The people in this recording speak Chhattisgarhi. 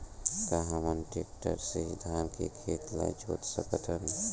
का हमन टेक्टर से धान के खेत ल जोत सकथन?